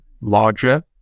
larger